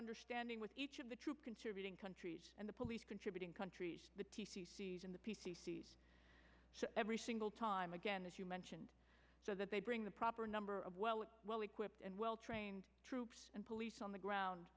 understanding with each of the troop contributing countries and the police contributing countries in the p c c every single time again as you mentioned so that they bring the proper number of well equipped and well trained troops and police on the ground